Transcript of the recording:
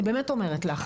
אני באמת אומרת לך,